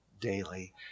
daily